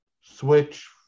switch